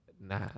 nah